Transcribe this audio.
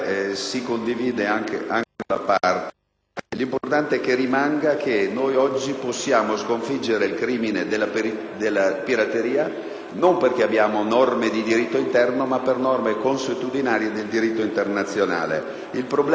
L'importante è che rimanga che oggi possiamo sconfiggere il crimine della pirateria non perché abbiamo norme di diritto interno, ma per norme consuetudinarie di diritto internazionale. Il problema è che, pur trovando un'applicazione nella fonte